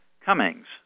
Cummings